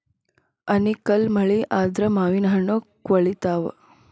ಆನಿಕಲ್ಲ್ ಮಳಿ ಆದ್ರ ಮಾವಿನಹಣ್ಣು ಕ್ವಳಿತಾವ